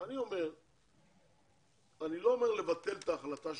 אני לא אומר לבטל את ההחלטה שלכם,